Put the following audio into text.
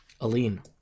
Aline